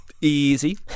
easy